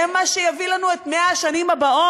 הן מה שיביא לנו את 100 השנים הבאות,